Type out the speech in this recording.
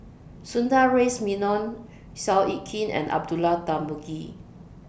Sundaresh Menon Seow Yit Kin and Abdullah Tarmugi